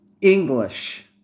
English